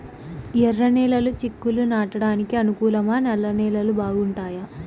ఎర్రనేలలు చిక్కుళ్లు నాటడానికి అనుకూలమా నల్ల నేలలు బాగుంటాయా